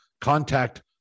contact